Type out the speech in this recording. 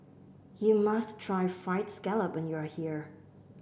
you must try fried scallop when you are here